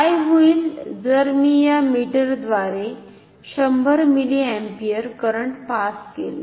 काय होईल जर मी या मीटरद्वारे 100 मिलीअँपिअर करंट पास केले